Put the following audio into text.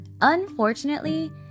Unfortunately